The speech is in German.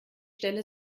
stelle